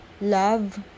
love